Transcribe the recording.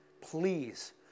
Please